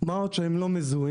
מה עוד שהם לא מזוהים,